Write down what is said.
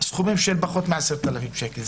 סכומים שהם פחות מ-10,000 שקל.